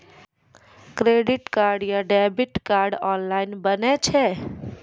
Credit card या debit card online बनै छै?